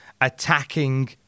attacking